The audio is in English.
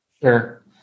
Sure